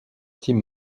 team